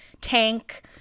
tank